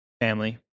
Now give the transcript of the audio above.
family